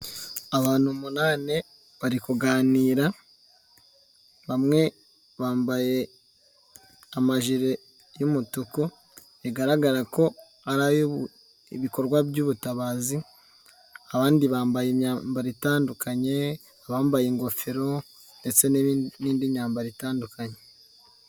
Abantu umunani bari kuganira, bamwe bambaye amajire y'umutuku bigaragara ko ari ay'ibikorwa by'ubutabazi, abandi bambaye imyambaro itandukanye, bambaye ingofero ndetse n'indi myambaro itandukanye.